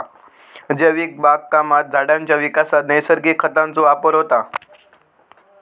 जैविक बागकामात झाडांच्या विकासात नैसर्गिक खतांचो वापर होता